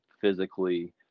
physically